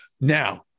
Now